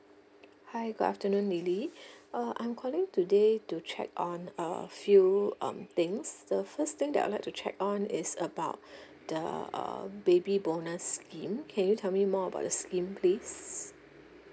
hi good afternoon lily uh I'm calling today to check on a few um things the first thing that I'll like to check on is about the uh baby bonus scheme can you tell me more about the scheme please